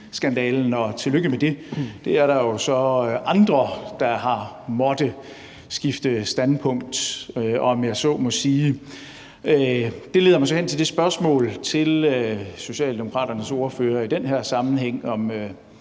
minkskandalen, og tillykke med det. Det er der så andre der har måttet skifte standpunkt om, om jeg så må sige. Det leder mig så hen til spørgsmålet til Socialdemokraternes ordfører i den her sammenhæng.